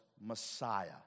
Messiah